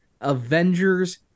Avengers